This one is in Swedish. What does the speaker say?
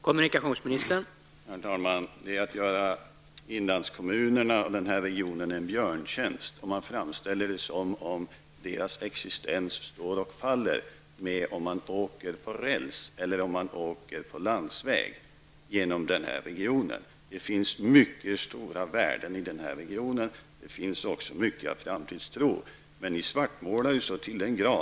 Herr talman! Det är att göra inlandskommunerna och den här regionen en björntjänst när man framställer det som om deras existens står och faller med om man åker på räls eller om man åker på landsväg genom den här regionen. Det finns mycket stora värden i den här regionen. Det finns också mycket av framtidstro. Men ni svartmålar ju så till den grad.